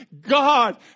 God